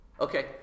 Okay